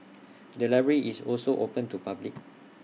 the library is also open to public